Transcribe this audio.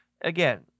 Again